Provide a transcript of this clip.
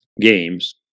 games